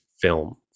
film